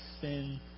sin